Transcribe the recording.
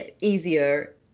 easier